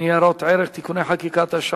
לניירות ערך (תיקוני חקיקה),